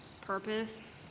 purpose